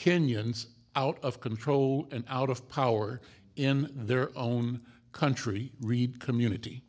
kenyans out of control and out of power in their own country read community